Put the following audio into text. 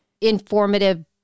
informative